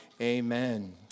Amen